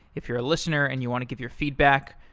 if you're a listener and you want to give your feedback,